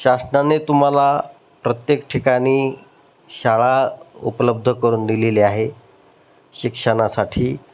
शासनाने तुम्हाला प्रत्येक ठिकाणी शाळा उपलब्ध करून दिलेली आहे शिक्षणासाठी